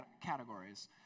categories